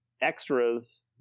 extras